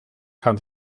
kann